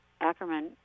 Ackerman